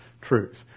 truth